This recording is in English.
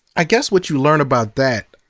i guess what you learn about that,